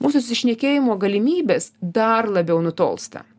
mūsų susišnekėjimo galimybės dar labiau nutolsta